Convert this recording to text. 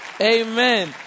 Amen